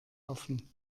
offen